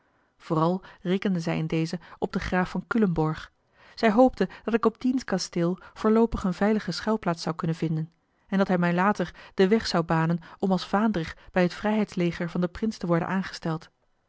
vooral rekende zij in deze op den graaf van culemborg zij hoopte dat ik op diens kasteel voorloopig eene veilige schuilplaats zou kunnen vinden en dat hij mij later den weg zou banen om als vaandrig bij het vrijheidsleger van den prins te worden aangesteld